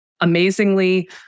amazingly